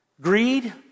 greed